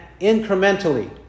incrementally